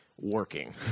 working